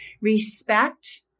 respect